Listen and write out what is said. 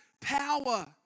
power